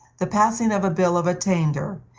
the passing of a bill of attainder,